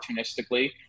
opportunistically